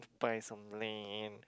buy some land